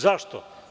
Zašto?